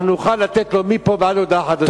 אנחנו נוכל לתת לו מפה ועד להודעה חדשה.